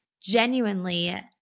genuinely